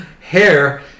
hair